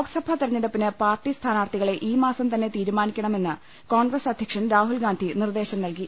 ലോക്സഭാ തെരഞ്ഞെടുപ്പിന് പാർട്ടി സ്ഥാനാർത്ഥികളെ ഈ മാസം തന്നെ തീരുമാനിക്കണമെന്ന് കോൺ ഗ്രസ് അധ്യക്ഷൻ രാഹുൽ ഗാന്ധി നിർദ്ദേശം നൽകി